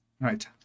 right